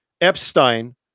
Epstein